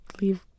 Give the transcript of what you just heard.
leave